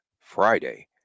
Friday